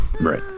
Right